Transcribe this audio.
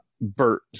Bert